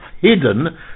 hidden